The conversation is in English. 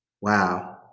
Wow